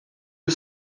you